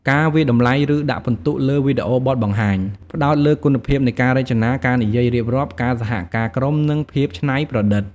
ការវាយតម្លៃ ឬដាក់ពិន្ទុលើវីដេអូបទបង្ហាញ ផ្តោតលើគុណភាពនៃការរចនា ការនិយាយរៀបរាប់ ការសហការក្រុម និងភាពច្នៃប្រឌិត។